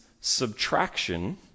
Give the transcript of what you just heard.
subtraction